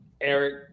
Eric